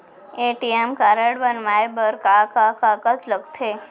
ATM card बनवाये बर का का कागज लगथे?